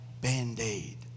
band-aid